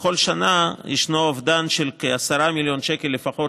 בכל שנה ישנו אובדן של כ-10 מיליון שקל לפחות